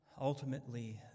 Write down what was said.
ultimately